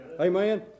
Amen